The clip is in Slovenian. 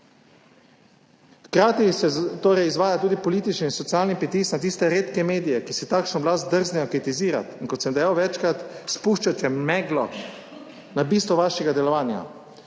Hkrati se torej izvaja tudi politični in socialni pritisk na tiste redke medije, ki si takšno oblast drznejo kritizirati, in kot sem dejal večkrat, spuščate meglo na bistvo vašega delovanja.